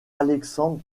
alexandre